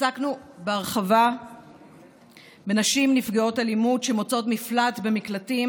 עסקנו בהרחבה בנשים נפגעות אלימות שמוצאות מפלט במקלטים